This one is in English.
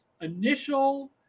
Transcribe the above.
initial